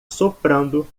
soprando